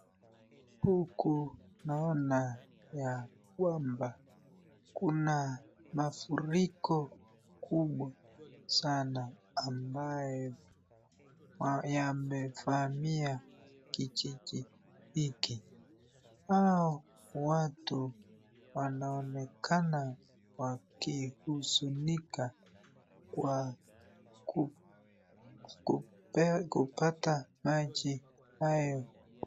Huku naona ya kwamba kuna mafuriko kubwa sana ambayo yamevamia kijiji hiki, hao watu wnaonekana wakihuzunika kwa kupata maji hayo.